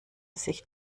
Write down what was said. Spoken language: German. sich